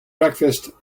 breakfast